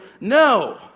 No